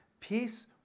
Peace